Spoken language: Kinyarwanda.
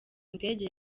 ndege